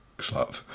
slap